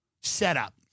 setup